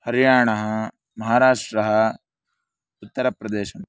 हरियाणः महाराष्ट्रः उत्तरप्रदेशः